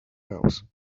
wells